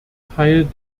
teil